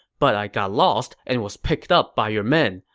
but i got lost and was picked up by your men.